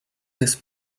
this